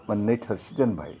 मोननै थोरसि दोनबाय